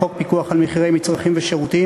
לחוק פיקוח על מחירי מצרכים ושירותים,